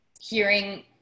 hearing